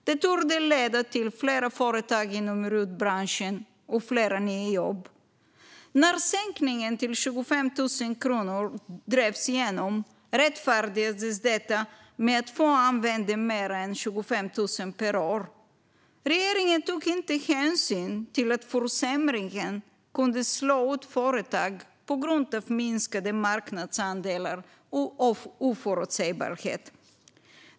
Det torde leda till fler företag inom RUT-branschen och fler nya jobb. När sänkningen till 25 000 kronor drevs igenom rättfärdigades detta med att få använde mer än 25 000 per år. Regeringen tog inte hänsyn till att försämringen kunde slå ut företag på grund av minskade marknadsandelar och oförutsägbarhet.